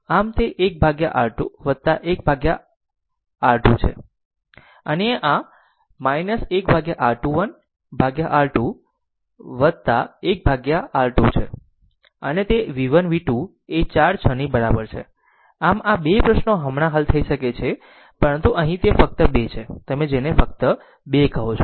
આમ તે 1 R 1 1 R 2 છે અને આ 1 R21 R 2 1 R2 છે અને તે v 1 v 2 એ 4 6 ની બરાબર છે આમ આ 2 પ્રશ્નો હમણાં હલ થઈ શકે છે પરંતુ અહીં તે ફક્ત 2 છે તમે જેને ફક્ત 2 કહો છો